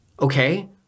okay